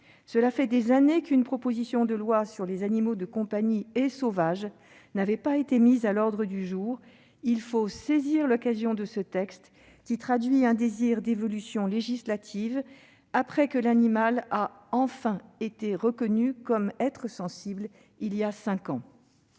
Cela fait des années qu'une proposition de loi sur les animaux de compagnie et sauvages n'avait pas été inscrite à l'ordre du jour. Il faut saisir l'occasion de ce texte, qui traduit un désir d'évolutions législatives, après que l'animal a enfin été reconnu comme être sensible voilà cinq ans.